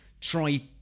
Try